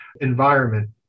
environment